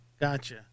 Gotcha